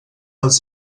els